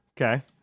Okay